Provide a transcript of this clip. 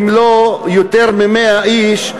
אם לא יותר מ-100 איש,